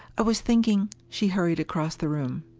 i was thinking she hurried across the room.